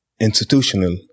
Institutional